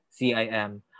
CIM